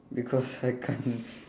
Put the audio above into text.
because I can't